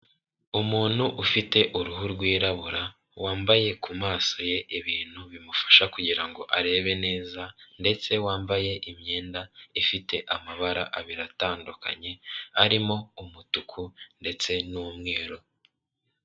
Umuntu ufite uruhu rwirabura wambaye ku maso ye ibintu bimufasha kugira ngo arebe neza ndetse wambaye imyenda ifite amabara abiri atandukanye arimo umutuku ndetse n'umweru.